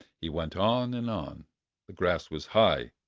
he went on and on the grass was high,